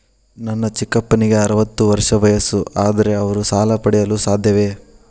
ನನ್ನ ಚಿಕ್ಕಪ್ಪನಿಗೆ ಅರವತ್ತು ವರ್ಷ ವಯಸ್ಸು, ಆದರೆ ಅವರು ಸಾಲ ಪಡೆಯಲು ಸಾಧ್ಯವೇ?